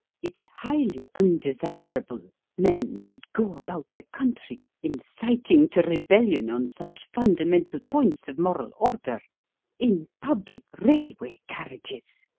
it's highly undesirable men should go about the country inciting to rebellion on such fundamental points of moral order in public railway carriages.